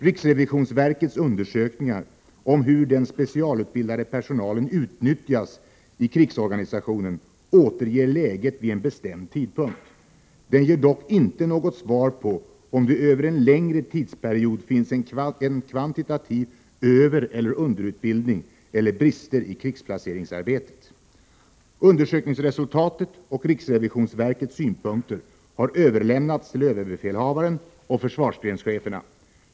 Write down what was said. Riksrevisionsverkets undersökning om hur den specialutbildade personalen utnyttjas i krigsorganisationen återger läget vid en bestämd tidpunkt. Den ger dock inte något svar på om det över en längre tidsperiod finns en kvantitativ övereller underutbildning eller brister i krigsplaceringsarbetet. Undersökningsresultatet och riksrevisionsverkets synpunkter har överlämnats till överbefälhavaren och försvarsgrenscheferna.